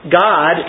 God